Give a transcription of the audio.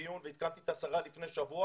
הדבר השני שנעבוד עליו,